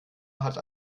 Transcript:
hat